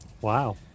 Wow